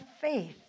faith